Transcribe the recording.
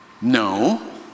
No